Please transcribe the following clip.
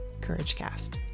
COURAGECAST